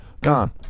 Gone